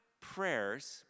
prayers